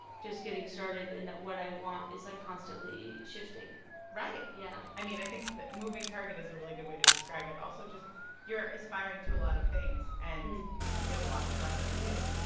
just getting started and that what i want is, like, constantly shifting right yeah i mean, i think that moving target is a really good way to describe it. also, just you're aspiring to a lot of things, and you have a lot left to do,